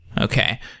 Okay